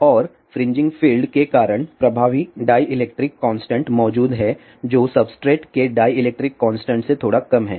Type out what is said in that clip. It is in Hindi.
और फ्रिंजिंग फील्ड के कारण प्रभावी डाईइलेक्ट्रिक कांस्टेंट मौजूद है जो सब्सट्रेट के डाईइलेक्ट्रिक कांस्टेंट से थोड़ा कम है